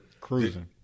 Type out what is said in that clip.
Cruising